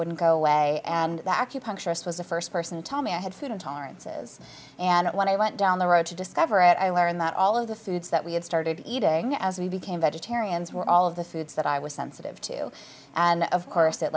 wouldn't go away and acupuncturist was the first person to tell me i had food intolerances and when i went down the road to discover it i learned that all of the foods that we had started eating as we became vegetarians were all of the foods that i was sensitive to and of course